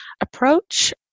approach